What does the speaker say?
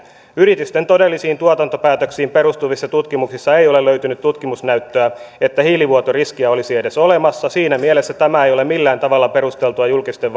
yritysten todellisiin tuotantopäätöksiin perustuvissa tutkimuksissa ei ole löytynyt tutkimusnäyttöä että hiilivuotoriskiä olisi edes olemassa siinä mielessä tämä ei ole millään tavalla perusteltua julkisten